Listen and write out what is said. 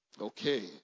Okay